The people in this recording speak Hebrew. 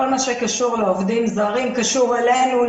כל מה שקשור לעובדים זרים קשור אלינו,